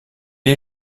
est